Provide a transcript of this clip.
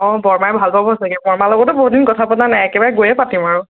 অঁ বৰমাই ভাল পাব চাগে বৰমাৰ লগতো বহুদিন কথা পতা নাই একেবাৰে গৈয়ে পাতিম আৰু